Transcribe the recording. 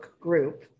group